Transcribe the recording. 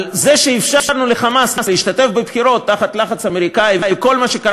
על זה שאפשרנו ל"חמאס" להשתתף בבחירות תחת לחץ אמריקני וכל מה שקרה